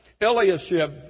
Eliashib